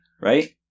right